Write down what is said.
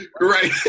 Right